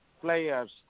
players